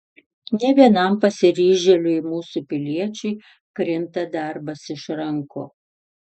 ne vienam pasiryžėliui mūsų piliečiui krinta darbas iš rankų